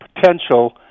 potential